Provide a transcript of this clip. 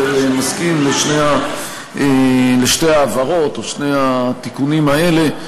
מסכים לשתי ההבהרות או לשני התיקונים האלה,